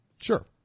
Sure